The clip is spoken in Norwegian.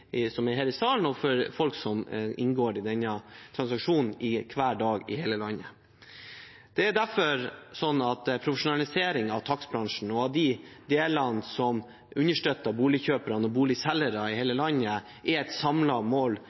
her i salen, og for folk som hver dag inngår transaksjoner i hele landet. Det er derfor profesjonalisering av takstbransjen, og av de delene som understøtter boligkjøpere og boligselgere i hele landet, er et mål